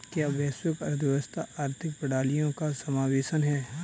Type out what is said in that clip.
क्या वैश्विक अर्थव्यवस्था आर्थिक प्रणालियों का समावेशन है?